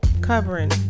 covering